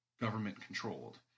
government-controlled